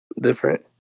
different